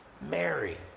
Mary